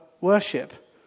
worship